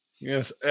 Yes